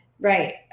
Right